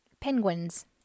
Penguins